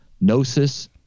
Gnosis